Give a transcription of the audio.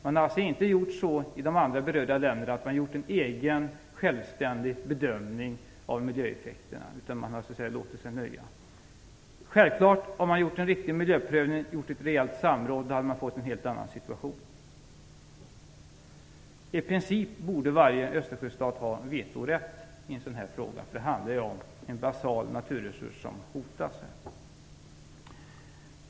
Det har alltså inte gjorts en egen självständig bedömning av miljöeffekterna i de andra berörda länderna, utan de har låtit sig nöja. Hade man gjort en riktig miljöprövning och haft ett rejält samråd hade man självfallet fått en helt annan situation. I princip borde varje Östersjöstat ha vetorätt i en sådan här fråga. Det handlar om en basal naturresurs som hotas.